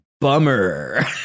bummer